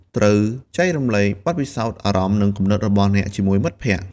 ត្រូវចែករំលែកបទពិសោធន៍ អារម្មណ៍ និងគំនិតរបស់អ្នកជាមួយមិត្តភក្តិ។